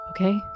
okay